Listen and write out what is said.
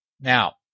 Now